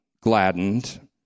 gladdened